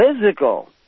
physical